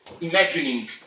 imagining